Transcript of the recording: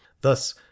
Thus